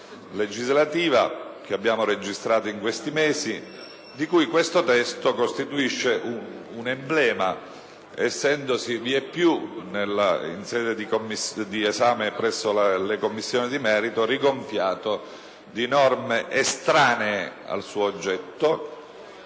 legislativa che abbiamo registrato in questi mesi e di cui questo testo costituisce un emblema, essendosi vieppiù, in sede di esame presso le Commissioni di merito, rigonfiato di norme estranee al suo oggetto,